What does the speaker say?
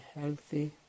healthy